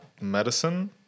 medicine